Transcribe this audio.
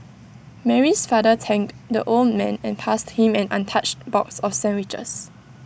Mary's father thanked the old man and passed him an untouched box of sandwiches